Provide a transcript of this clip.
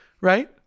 right